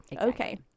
Okay